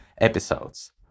episodes